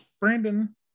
Brandon